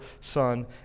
Son